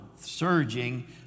surging